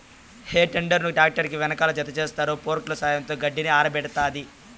హే tedder ను tractor కి వెనకాల జతచేస్తారు, ఫోర్క్ల సహాయంతో గడ్డిని ఆరబెడతాది